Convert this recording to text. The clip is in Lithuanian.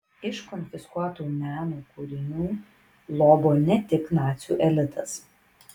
iš konfiskuotų meno kūrinių lobo ne tik nacių elitas